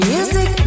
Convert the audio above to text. Music